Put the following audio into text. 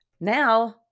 Now